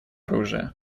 оружия